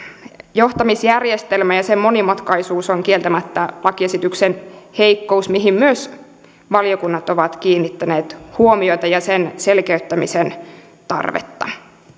johtamisjärjestelmä ja sen monimutkaisuus on kieltämättä lakiesityksen heikkous mihin myös valiokunnat ovat kiinnittäneet huomiota ja sen selkeyttämisen tarpeeseen